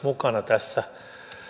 mukana tässä